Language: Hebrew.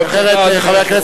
אין לי בעיה עם זה.